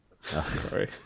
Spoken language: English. Sorry